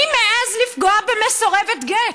מי מעז לפגוע במסורבת גט?